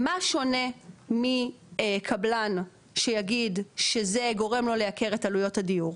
מה שונה מקבלן שיגיד שזה גורם לו לייקר את עלויות הדיור?